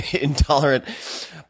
intolerant